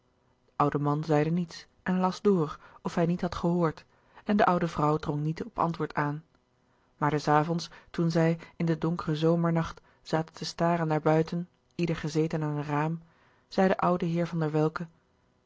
oude man zeide niets en las door of hij niet had gehoord en de oude vrouw drong niet op antwoord aan maar des avonds toen zij in den donkeren zomernacht zaten te staren naar buiten ieder gezeten aan een raam zei de oude heer van der welcke